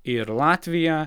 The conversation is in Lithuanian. ir latvija